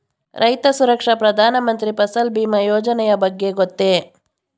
ರೈತ ಸುರಕ್ಷಾ ಪ್ರಧಾನ ಮಂತ್ರಿ ಫಸಲ್ ಭೀಮ ಯೋಜನೆಯ ಬಗ್ಗೆ ಗೊತ್ತೇ?